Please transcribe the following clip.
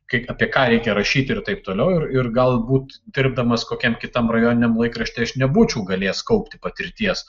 kaip apie ką reikia rašyti ir taip toliau ir ir galbūt dirbdamas kokiam kitam rajoniniam laikrašty aš nebūčiau galėjęs kaupti patirties